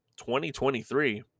2023